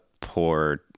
poor